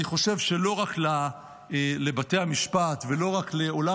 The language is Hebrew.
אני חושב שלא רק לבתי המשפט ולא רק לעולם